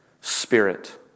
spirit